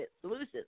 solutions